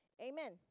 Amen